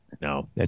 No